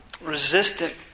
resistant